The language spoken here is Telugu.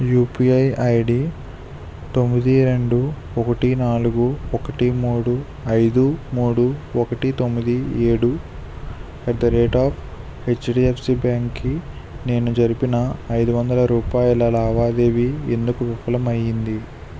యుపిఐ ఐడి తొమ్మిది రెండు ఒకటి నాలుగు ఒకటి మూడు ఐదు మూడు ఒకటి తొమ్మిది ఏడు at the rate of HDFC బ్యాంక్కి నేను జరిపిన ఐదు వందల రూపాయల లావాదేవీ ఎందుకు విఫలం అయ్యింది